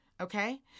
Okay